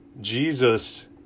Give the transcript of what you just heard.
Jesus